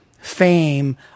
fame